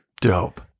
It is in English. Dope